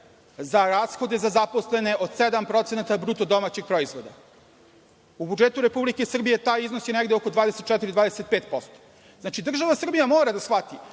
za rashode za zaposlene od 7% od bruto domaćeg proizvoda. U budžetu Republike Srbije taj iznos je negde oko 24-25%. Znači, država Srbija mora da shvati